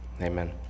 Amen